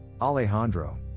Alejandro